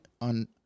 on